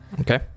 Okay